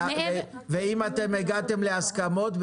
אם הגעתם להסכמות,